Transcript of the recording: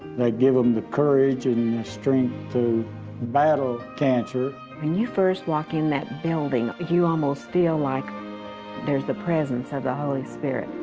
they give them the courage and the strength to battle cancer. when you first walk in that building, you almost feel like there is the presence of the holy spirit.